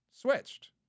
switched